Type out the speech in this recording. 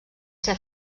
ser